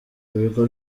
bigo